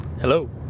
Hello